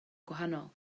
gwahanol